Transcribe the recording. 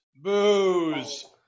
booze